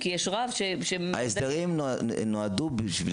כי יש רב ש --- ההסדרים נועדו בשביל